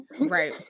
Right